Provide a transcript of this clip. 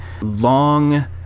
long